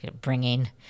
bringing